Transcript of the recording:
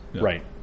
Right